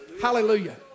hallelujah